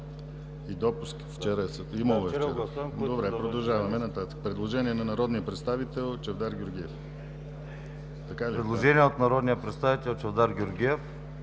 предложение на народния представител Чавдар Георгиев.